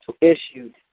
Issued